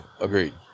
agreed